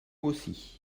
aussi